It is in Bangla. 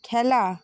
খেলা